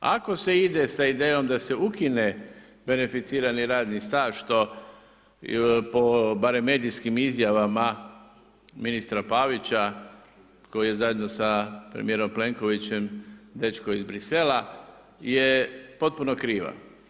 Ako se ide sa idejom da se ukine beneficirani radni staž, što po barem medijskim izjavama ministra Pavića, koji je zajedno sa premijerom Plenkovićem dečko iz Bruxellesa, je potpuno kriva.